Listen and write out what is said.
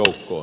hetkinen